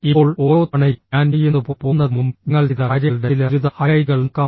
ഇപ്പോൾ ഓരോ തവണയും ഞാൻ ചെയ്യുന്നതുപോലെ പോകുന്നതിനുമുമ്പ് ഞങ്ങൾ ചെയ്ത കാര്യങ്ങളുടെ ചില ദ്രുത ഹൈലൈറ്റുകൾ നോക്കാം